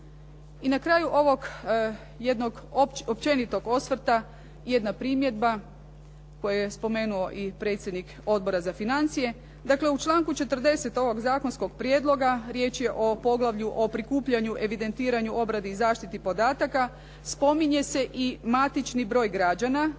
I na kraju ovog jednog općenitog osvrta jedna primjedba koju je spomenuo i predsjednik Odbora za financija. Dakle, u članku 40. ovog zakonskog prijedloga riječ je o poglavlju o prikupljanju, evidentiranju, obradi i zaštiti podataka. Spominje se i matični broj građana